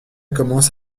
commence